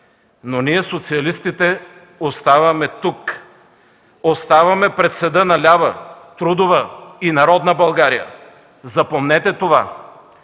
но ние, социалистите оставаме тук, оставаме пред съда на лява, трудова и народна България. Запомнете това!